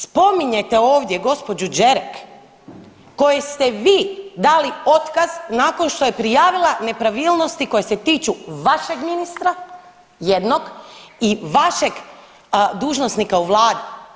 Spominjete ovdje gospođu Đerek kojoj ste vi dali otkaz nakon što je prijavila nepravilnosti koje se tiču vašeg ministra jednog i vašeg dužnosnika u Vladi.